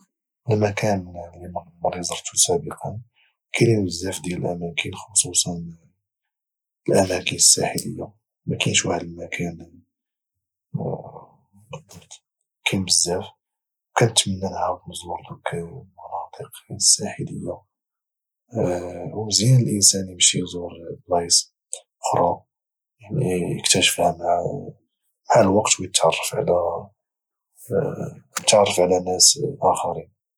المكان اللي ما عمري زرته سابقا كاينين بزاف ديال الاماكن خصوصا الاماكن الساحليه ما كاينش واحد المكان بالضبط كاين بزاف وكنتمنى نعاود نزور ذوك المناطيق الساحليه ومزيان الانسان امشي يزور بلايص خرا اكتاشفها مع الوقت ويتعرف على ناس اخرين